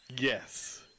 yes